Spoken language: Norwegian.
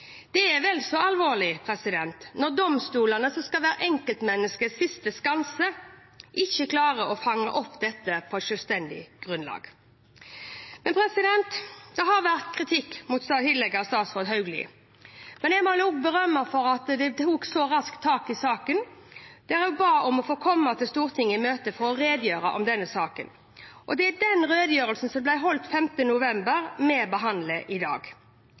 Det er vel så alvorlig når domstolene, som skal være enkeltmenneskets siste skanse, ikke klarer å fange dette opp på selvstendig grunnlag. Det har vært rettet kritikk mot tidligere statsråd Hauglie, men man må også berømme henne for at hun tok så raskt tak i saken og ba om å få komme til Stortinget og redegjøre om saken. Det er den redegjørelsen som ble gitt den 5. november, vi behandler i dag